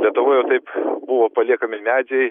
lietuvoj jau taip buvo paliekami medžiai